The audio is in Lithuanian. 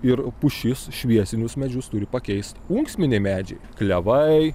ir pušis šviesinius medžius turi pakeist unksminiai medžiai klevai